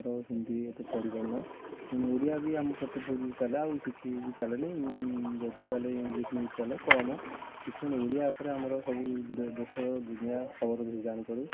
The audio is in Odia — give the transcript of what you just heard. ଆମର ହିନ୍ଦୀ ଏତେ ପଢ଼ି ପାରୁନା କିନ୍ତୁ ଓଡ଼ିଆ ବି ଆମ ଚାଲେ ଆଉ କିଛି ବି ଚାଲେନି ଯଦି ଚାଲେ ଇଂଲିଶ ନ୍ୟୁଜ୍ ଚାଲେ କମ୍ ଓଡ଼ିଆ ଉପରେ ଆମର ସବୁ ଦେଶ ଦୁନିଆ ଖବର ଜାଣି ପାରୁ